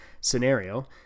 scenario